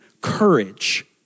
courage